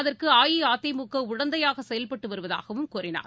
அதற்கு அஇஅதிமுக உடந்தையாக செயல்பட்டு வருவதாகவும் கூறினார்